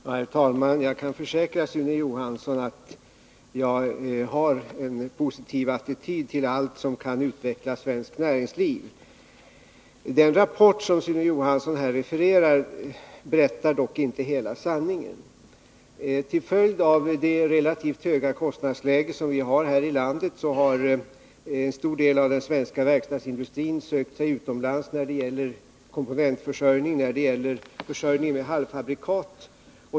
Herr talman! Jag kan försäkra Sune Johansson att jag har en positiv attityd till allt som kan utveckla svenskt näringsliv. Den rapport som Sune Johansson refererar berättar dock inte hela sanningen. Till följd av det relativt höga kostnadsläge vi har här i landet har en stor del av den svenska verkstadsindustrin sökt sig utomlands när det gäller komponentförsörjning och försörjning med halvfabrikat.